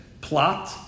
plot